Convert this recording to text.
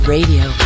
Radio